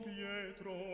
Pietro